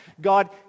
God